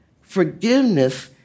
forgiveness